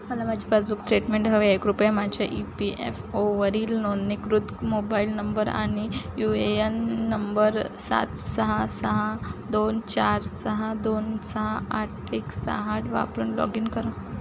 मला माझी passbook statement हवी आहे कृपया माझ्या ई पी एफ ओवरील नोंदणीकृत मोबाईल नंबर आणि यू ए एन नंबर सात सहा सहा दोन चार सहा दोन सहा आठ एक सहा आठ वापरून लॉग इन करा